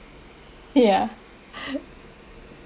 ya